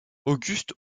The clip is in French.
august